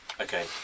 Okay